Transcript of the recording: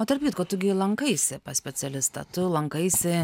o tarp kitko tu gi lankaisi pas specialistą tu lankaisi